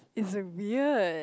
it's weird